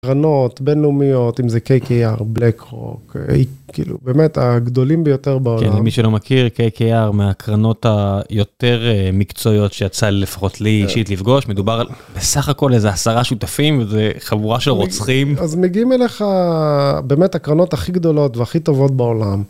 קרנות בינלאומיות, אם זה KKR, BLACKROCK, כאילו, באמת, הגדולים ביותר בעולם. כן, מי שלא מכיר, KKR, מהקרנות היותר מקצועיות שיצא לפחות לי אישית לפגוש, מדובר בסך הכל איזה עשרה שותפים וחבורה של רוצחים. אז מגיעים אליך, באמת, הקרנות הכי גדולות והכי טובות בעולם.